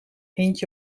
eentje